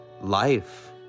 life